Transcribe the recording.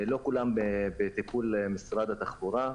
לא כולם בטיפול משרד התחבורה.